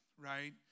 right